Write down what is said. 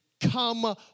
Come